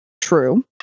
true